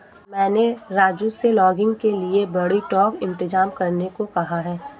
मैंने राजू से लॉगिंग के लिए बड़ी ट्रक इंतजाम करने को कहा है